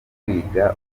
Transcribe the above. kwiga